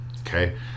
okay